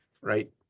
right